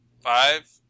Five